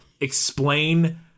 explain